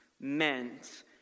meant